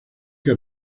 que